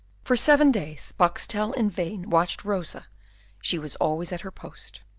for seven days boxtel in vain watched rosa she was always at her post.